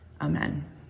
Amen